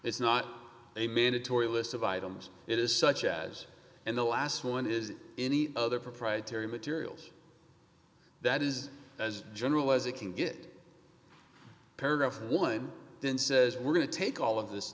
it's not a mandatory list of items it is such as in the last one is any other proprietary materials that is as general as it can get paragraph would then says we're going to take all of this